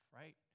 right